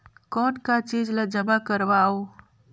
कौन का चीज ला जमा करवाओ?